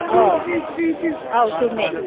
ꯑꯥꯎ ꯑꯥꯎ ꯆꯨꯝꯃꯦ